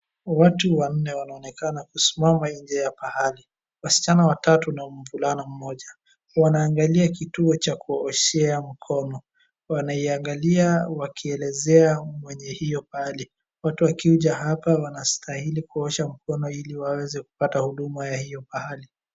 Watu wanne wanaonekana kusimama nje ya pahali. Wasichana watatu na mvulana mmoja. Wanaangalia kituo cha kuoshea mkono. Wanaiangalia wakielezea mwenye hiyo pahali. Watu wakija hapa wanastahili kuosha mkono ili waweze kupata huduma ya hiyo pahali.